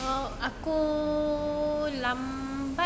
aku lambat